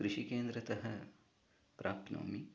कृषिकेन्द्रतः प्राप्नोमि